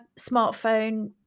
smartphone